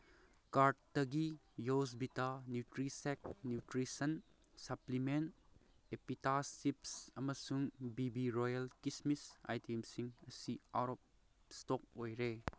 ꯀꯥꯔꯠꯇꯒꯤ ꯌꯣꯁꯚꯤꯇꯥ ꯅ꯭ꯌꯨꯇ꯭ꯔꯤꯁꯦꯛ ꯅ꯭ꯌꯨꯇ꯭ꯔꯤꯁꯟ ꯁꯄ꯭ꯂꯤꯃꯦꯟ ꯑꯦꯞꯄꯤꯇꯥꯁ ꯆꯤꯞꯁ ꯑꯃꯁꯨꯡ ꯕꯤ ꯕꯤ ꯔꯣꯌꯦꯜ ꯀꯤꯁꯃꯤꯁ ꯑꯥꯏꯇꯦꯝꯁꯤꯡ ꯑꯁꯤ ꯑꯥꯎꯠ ꯑꯣꯐ ꯏꯁꯇꯣꯛ ꯑꯣꯏꯔꯦ